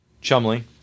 Chumley